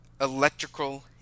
electrical